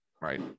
right